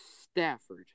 Stafford